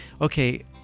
okay